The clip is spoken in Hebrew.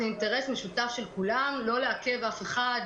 זה אינטרס משותף של כולם לא לעכב אף אחד,